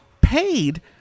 paid